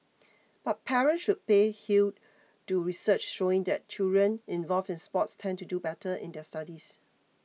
but parents should pay heed to research showing that children involved in sports tend to do better in their studies